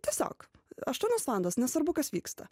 tiesiog aštuonios valandos nesvarbu kas vyksta